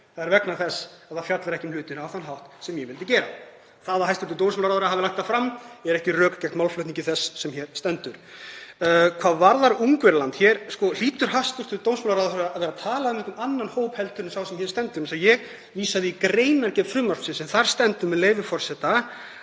Það er vegna þess að það fjallar ekki um hlutina á þann hátt sem ég vildi gera. Að hæstv. dómsmálaráðherra hafi lagt það fram eru ekki rök gegn málflutningi þess sem hér stendur. Hvað varðar Ungverjaland hlýtur hæstv. dómsmálaráðherra að vera að tala um einhvern annan hóp en sá sem hér stendur því að ég vísaði í greinargerð frumvarpsins. Þar stendur, með leyfi forseta: